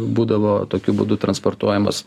būdavo tokiu būdu transportuojamos